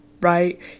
right